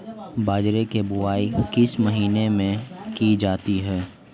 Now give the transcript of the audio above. बाजरे की बुवाई किस महीने में की जाती है?